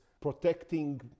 protecting